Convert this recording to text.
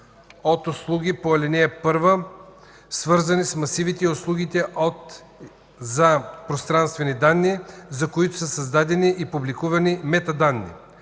от услуги по ал. 1, свързани с масивите и услугите от/за пространствени данни, за които са създадени и публикувани метаданни.